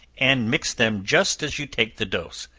and mix them just as you take the dose,